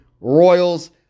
Royals